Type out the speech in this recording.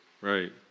Right